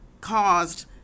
Caused